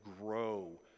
grow